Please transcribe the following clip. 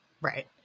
Right